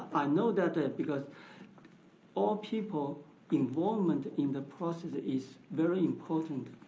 i know that it because all people involvement in the process is very important.